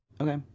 Okay